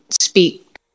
speak